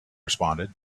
responded